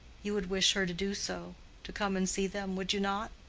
you would wish her to do so to come and see them, would you not?